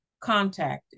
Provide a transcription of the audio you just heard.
contacted